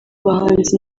bahanzi